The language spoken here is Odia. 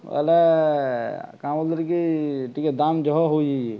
ବୋଇଲେ କାଁ ବୋଲୁଥିଲି କି ଟିକେ ଦାମ ଜହ ହୋଇ